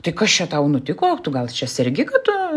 tai kas čia tau nutiko gal čia sergi kad tu